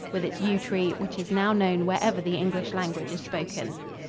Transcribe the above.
with its yew tree, which is now known wherever the english language is spoken.